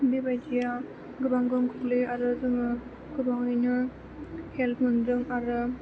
बेबायदिया गोबां गोहोम खोख्लैयो आरो जोङो गोबाङैनो हेल्प मोनदों आरो